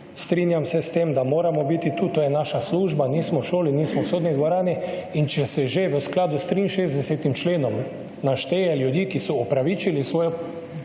Strinjam se s tem, da moramo biti tu, to je naša služba; nismo v šoli, nismo v sodni dvorani. In če se že v skladu s 63. členom našteje ljudi, ki so opravičili svojo